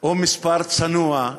או מספר צנוע.